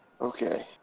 Okay